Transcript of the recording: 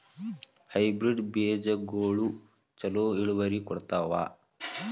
Hybrid ಬೇಜಗೊಳು ಛಲೋ ಇಳುವರಿ ಕೊಡ್ತಾವ?